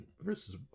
versus